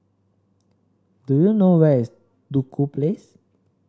do you know where is Duku Place